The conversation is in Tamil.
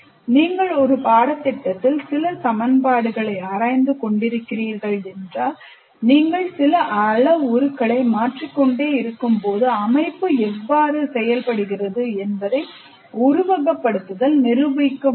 நீங்கள் ஒரு பாடத்திட்டத்தில் சில சமன்பாடுகளை ஆராய்ந்து கொண்டிருக்கிறீர்கள் என்றால் நீங்கள் சில அளவுருக்களை மாற்றிக்கொண்டே இருக்கும்போது அமைப்பு எவ்வாறு செயல்படுகிறது என்பதை உருவகப்படுத்துதல் மூலம் நிரூபிக்க முடியும்